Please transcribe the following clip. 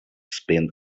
spend